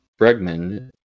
Bregman